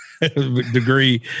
degree